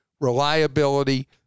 reliability